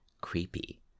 creepy